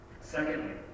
Secondly